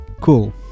Cool